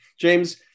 James